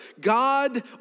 God